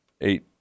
eight